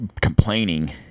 complaining